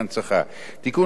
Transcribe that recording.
תיקון מוצע נוסף,